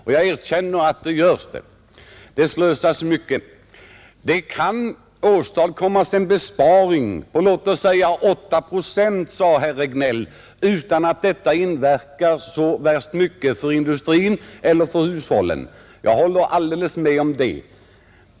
Ja, jag erkänner att det slösas mycket. Herr Regnéll sade att vi kan göra besparingar på omkring 8 procent utan att detta inverkar särskilt mycket på industrin eller på hushållen. Jag håller helt med därom.